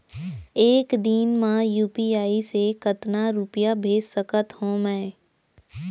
एक दिन म यू.पी.आई से कतना रुपिया भेज सकत हो मैं?